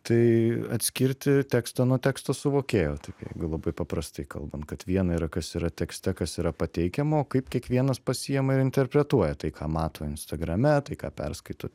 tai atskirti tekstą nuo teksto suvokėjo taip jeigu labai paprastai kalbant kad viena yra kas yra tekste kas yra pateikiama o kaip kiekvienas pasiima ir interpretuoja tai ką mato instagrame tai ką perskaito